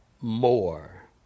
more